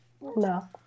No